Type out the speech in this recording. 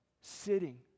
sitting